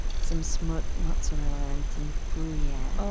some some ah mozzarella and some gruyere.